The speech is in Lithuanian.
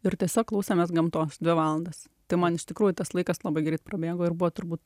ir tiesiog klausėmės gamtos dvi valandas tai man iš tikrųjų tas laikas labai greit prabėgo ir buvo turbūt